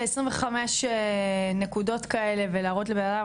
ל-25 נקודות כאלה ולהראות לבנאדם,